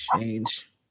change